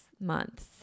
months